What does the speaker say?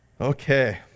Okay